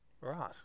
Right